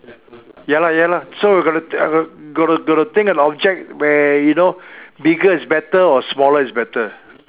ya lah ya lah so you got I got got to got to think an object where you know bigger is better or smaller is better